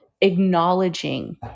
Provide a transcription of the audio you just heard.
acknowledging